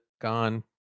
Gone